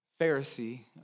Pharisee